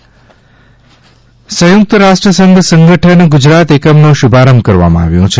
UN Gujarat સંયુક્ત રાષ્ટ્રસંઘ સંગઠન ગુજરાત એકમનો શુભારંભ કરવામાં આવ્યો છે